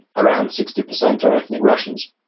around sixty percent are ethnic russians.